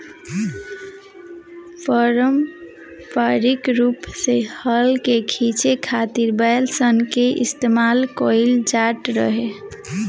पारम्परिक रूप से हल के खीचे खातिर बैल सन के इस्तेमाल कईल जाट रहे